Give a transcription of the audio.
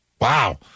Wow